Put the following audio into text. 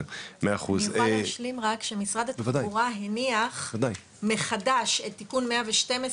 אני יכולה להשלים רק שמשרד התחבורה הניח מחדש את תיקון 112,